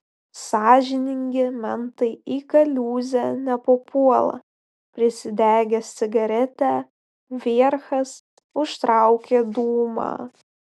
sąžiningi mentai į kaliūzę nepapuola prisidegęs cigaretę vierchas užtraukė dūmą